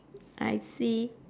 I see